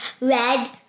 red